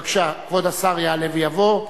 בבקשה, כבוד השר יעלה ויבוא.